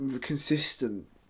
consistent